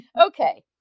Okay